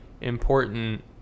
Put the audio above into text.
important